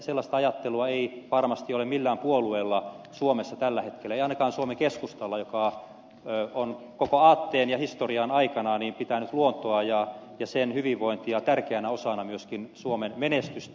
sellaista ajattelua ei varmasti ole millään puolueella suomessa tällä hetkellä ei ainakaan suomen keskustalla joka on koko aatteen ja historian aikana pitänyt luontoa ja sen hyvinvointia tärkeänä osana myöskin suomen menestystä